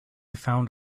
found